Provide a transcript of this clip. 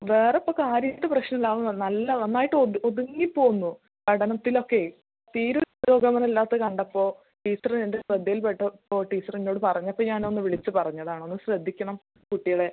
വേറെ ഇപ്പം കാര്യമായിട്ട് പ്രശ്നമില്ല നല്ല നന്നായിട്ട് ഒതുങ്ങി പോകുന്നു പഠനത്തിലൊക്കെ തീരെ ഒരു പുരോഗമനം ഇല്ലാത്തത് കണ്ടപ്പോൾ ടീച്ചറ് എൻ്റെ ശ്രദ്ധയിൽ പെട്ടപ്പൊ ടീച്ചർ എന്നോട് പറഞ്ഞപ്പോൾ ഞാൻ ഒന്ന് വിളിച്ച് പറഞ്ഞതാണ് ഒന്ന് ശ്രദ്ധിക്കണം കുട്ടികളെ